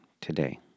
today